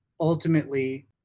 ultimately